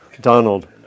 Donald